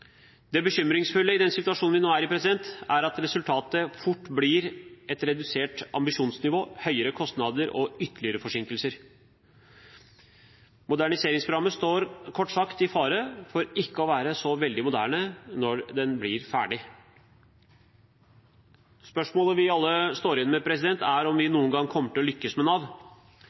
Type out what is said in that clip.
Det bekymringsfulle i den situasjonen vi nå er i, er at resultatet fort blir et redusert ambisjonsnivå, høyere kostnader og ytterligere forsinkelser. Moderniseringsprogrammet står kort sagt i fare for ikke å være så veldig moderne når det blir ferdig. Spørsmålet vi alle står igjen med, er om vi